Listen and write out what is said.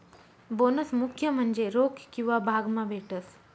bonus मुख्य म्हन्जे रोक किंवा भाग मा भेटस